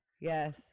yes